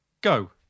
go